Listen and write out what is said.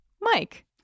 Mike